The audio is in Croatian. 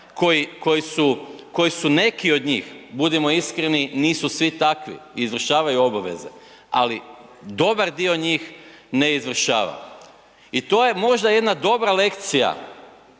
koji su neki od njih, budimo iskreni, nisu svi takvi, izvršavaju obaveze, ali dobar dio njih ne izvršava. I to je možda jedna dobra lekcija